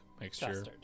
mixture